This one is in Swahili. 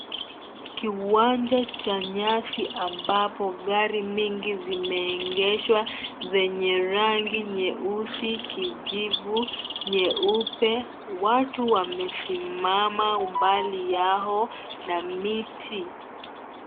Kiwanja cha nyasi ambapo gari nyingi zimeegeshwa zenye rangi nyeusi, kijivu, nyeupe watu wamesimama umbali yao na miti.